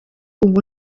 ubu